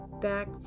back